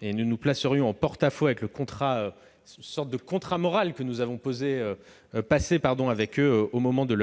nous serions en porte-à-faux avec le contrat moral que nous avons passé avec eux au moment de